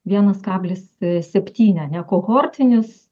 vienas kablis septyni ane kohortinis